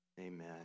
Amen